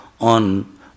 on